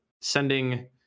sending